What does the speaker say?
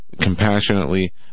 compassionately